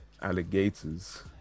Alligators